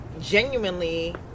genuinely